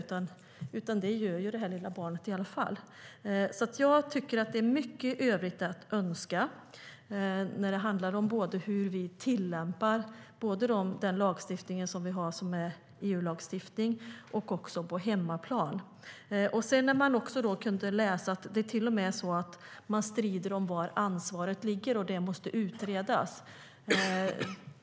Det lilla barnet gör det i alla fall. Det finns mycket övrigt att önska när det gäller både hur vi tillämpar den lagstiftning vi har, som är EU-lagstiftning, och på hemmaplan. Det står till och med att man strider om var ansvaret ligger och att det måste utredas.